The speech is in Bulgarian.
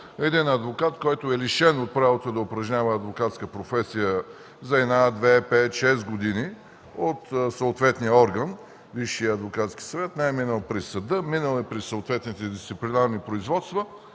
Адвокат, лишен от правото да упражнява адвокатска професия за една, две, пет или шест години от съответния орган – Висшия адвокатски съвет, не е минал през съда, минал е през съответните дисциплинарни производства,